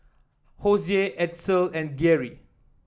Hosea Edsel and Geary